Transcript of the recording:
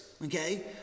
Okay